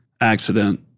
accident